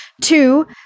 Two